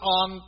on